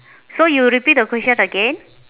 so you repeat the question again